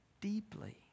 deeply